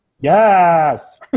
Yes